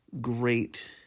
great